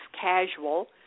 casual